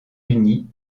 unis